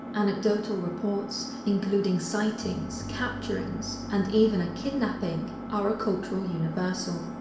anecdotal reports including sightings, capturings and even a kidnapping are a cultural universal.